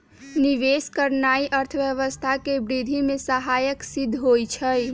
निवेश करनाइ अर्थव्यवस्था के वृद्धि में सहायक सिद्ध होइ छइ